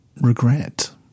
regret